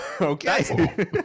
okay